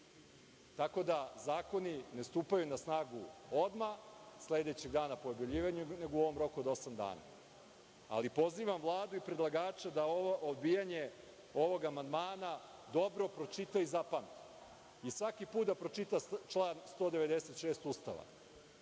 tako da zakoni ne stupaju na snagu odmah, sledećeg dana po objavljivanju, nego u ovom roku od osam dana. Ali, pozivam Vladu i predlagača da ovo odbijanje ovog amandmana dobro pročita i zapamti. I svaki put da pročita član 196. Ustava,